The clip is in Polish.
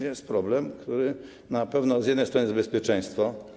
Jest problem, którym na pewno z jednej strony jest bezpieczeństwo.